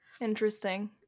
Interesting